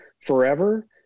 forever